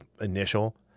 initial